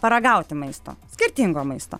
paragauti maisto skirtingo maisto